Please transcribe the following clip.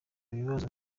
bibazo